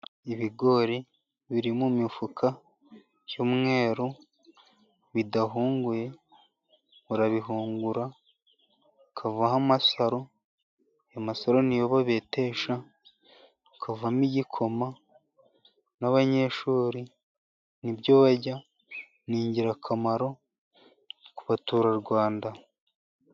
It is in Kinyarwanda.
Ibigori biri mu mifuka y'umweru bidahunguye, urabihungura hakavaho amasaro, amasaro ni yo babetesha hakavamo igikoma ,n'abanyeshuri ni byo barya, ni ingirakamaro ku baturarwanda.